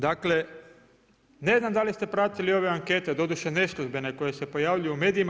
Dakle, ne znam da li ste pratili ove ankete, doduše neslužbene koje se pojavljuju u medijima.